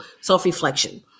self-reflection